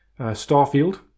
Starfield